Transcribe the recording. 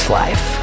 life